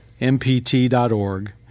mpt.org